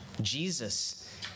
Jesus